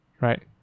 right